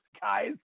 guys